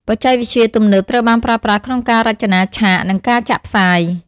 បច្ចេកវិទ្យា ទំនើបត្រូវបានប្រើប្រាស់ក្នុងការរចនាឆាក និងការចាក់ផ្សាយ។